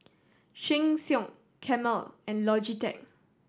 Sheng Siong Camel and Logitech